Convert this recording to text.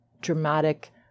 dramatic